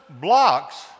blocks